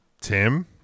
tim